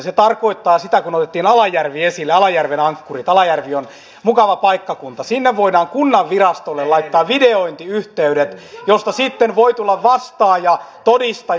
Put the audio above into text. se tarkoittaa sitä kun otettiin alajärvi esille alajärven ankkurit alajärvi on mukava paikkakunta että sinne voidaan kunnanvirastolle laittaa videointiyhteydet josta sitten voi tulla vastaaja todistaja